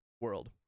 world